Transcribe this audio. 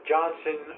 Johnson